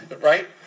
right